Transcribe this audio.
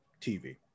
TV